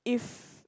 if